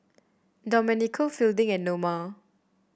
Domenico Fielding and Noma